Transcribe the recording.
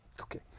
Okay